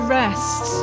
rest